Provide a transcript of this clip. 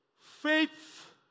Faith